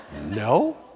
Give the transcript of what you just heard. No